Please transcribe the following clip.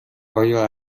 آیا